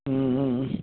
ಹ್ಞೂ ಹ್ಞೂ ಹ್ಞೂ